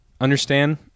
understand